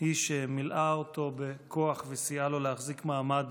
היא שמילאה אותו בכוח וסייעה לו להחזיק מעמד